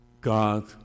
God